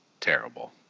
terrible